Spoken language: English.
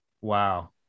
Wow